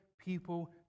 people